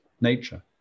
nature